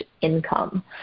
income